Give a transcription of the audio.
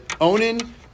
Onan